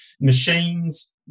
machines